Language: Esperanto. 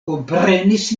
komprenis